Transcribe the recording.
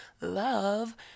love